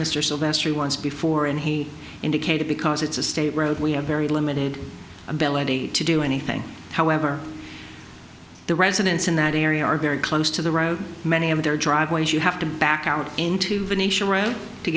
mr sylvester once before and he indicated because it's a state road we have very limited ability to do anything however the residents in that area are very close to the road many of their driveways you have to back out into t